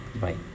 Bye